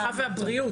הרווחה והבריאות.